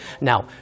Now